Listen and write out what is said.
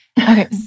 Okay